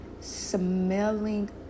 smelling